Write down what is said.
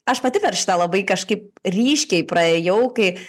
aš pati per šitą labai kažkaip ryškiai praėjau kai